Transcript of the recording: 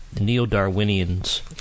neo-Darwinians